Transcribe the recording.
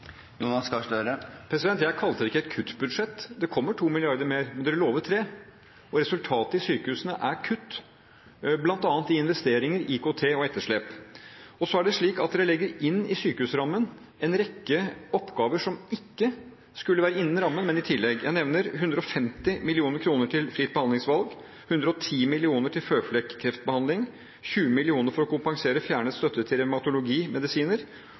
Jeg kalte det ikke et kuttbudsjett. Det kommer 2 mrd. kr mer, men regjeringen lovet 3 mrd. kr. Resultatet i sykehusene er kutt, bl.a. i investeringer, IKT og etterslep. Så er det slik at en legger inn i sykehusrammen en rekke oppgaver som ikke skulle være inne i rammen, men i tillegg. Jeg nevner 150 mill. kr til fritt behandlingsvalg, 110 mill. kr til føflekkreftbehandling, 20 mill. kr for å kompensere fjernet støtte til